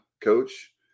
coach